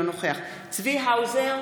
אינו נוכח צבי האוזר,